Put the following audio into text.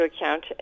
account